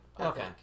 Okay